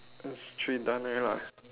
it's three done already lah